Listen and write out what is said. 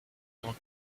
tant